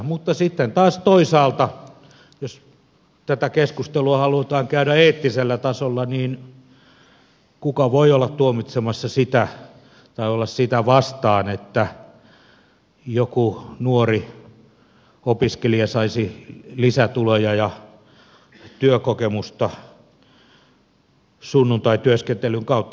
mutta sitten taas toisaalta jos tätä keskustelua halutaan käydä eettisellä tasolla kuka voi olla tuomitsemassa sitä tai olla sitä vastaan että joku nuori opiskelija saisi lisätuloja ja työkokemusta sunnuntaityöskentelyn kautta